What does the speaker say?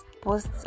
post